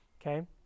Okay